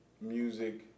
music